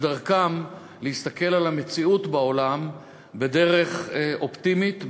ודרכם להסתכל על המציאות בעולם בדרך אופטימית,